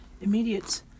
immediate